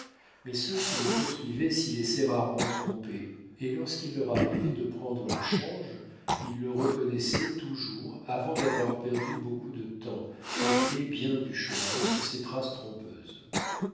mais ceux qui le poursuivaient s'y laissaient rarement tromper et lorsqu'il leur arrivait de prendre le change ils le reconnaissaient toujours avant d'avoir perdu beaucoup de temps et fait bien du chemin sur ces traces trompeuses